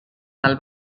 del